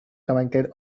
commented